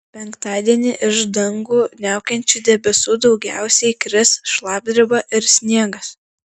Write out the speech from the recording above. penktadienį iš dangų niaukiančių debesų daugiausiai kris šlapdriba ir sniegas